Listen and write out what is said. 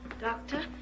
Doctor